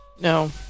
No